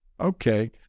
Okay